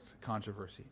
controversy